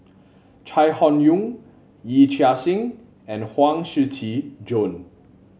Chai Hon Yoong Yee Chia Hsing and Huang Shiqi Joan